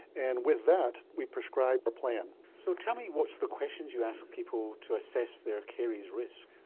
and with that we prescribe our plan. so tell me what sort of questions you ask people to assess their caries risk.